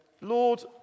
Lord